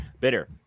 Bitter